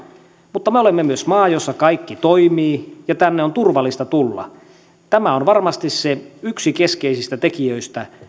mutta me olemme myös maa jossa kaikki toimii ja tänne on turvallista tulla tämä on varmasti yksi niistä keskeisistä tekijöistä